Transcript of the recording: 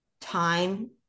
time